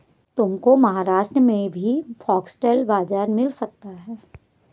तुमको महाराष्ट्र में भी फॉक्सटेल बाजरा मिल सकता है